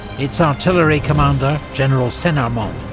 its artillery commander, general senarmont,